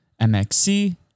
MXC